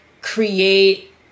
create